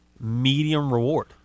medium-reward